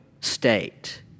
state